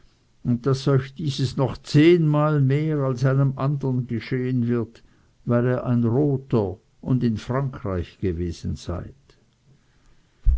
und daß euch dieses noch zehnmal mehr als einem andern geschehen wird weil ihr ein roter und in frankreich gewesen seid